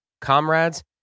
Comrades